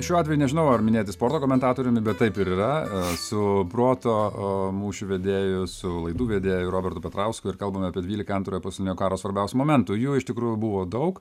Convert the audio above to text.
šiuo atveju nežinau ar minėti sporto komentatoriumi bet taip ir yra su proto mūšių vedėju su laidų vedėju robertu petrausku ir kalbame apie dvylika antrojo pasaulinio karo svarbiausių momentų jų iš tikrųjų buvo daug